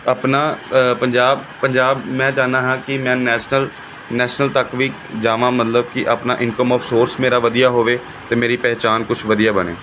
ਆਪਣਾ ਪੰਜਾਬ ਪੰਜਾਬ ਮੈਂ ਚਾਹੁੰਦਾ ਹਾਂ ਕਿ ਮੈਂ ਨੈਸ਼ਨਲ ਨੈਸ਼ਨਲ ਤੱਕ ਵੀ ਜਾਵਾਂ ਮਤਲਬ ਕਿ ਆਪਣਾ ਇਨਕਮ ਓਫ ਸੋਰਸ ਮੇਰਾ ਵਧੀਆ ਹੋਵੇ ਅਤੇ ਮੇਰੀ ਪਹਿਚਾਣ ਕੁਛ ਵਧੀਆ ਬਣੇ